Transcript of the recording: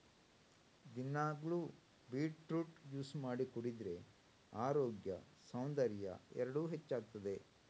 ದಿನಾಗ್ಲೂ beetroot juice ಮಾಡಿ ಕುಡಿದ್ರೆ ಅರೋಗ್ಯ ಸೌಂದರ್ಯ ಎರಡೂ ಹೆಚ್ಚಾಗ್ತದೆ